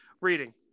reading